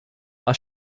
are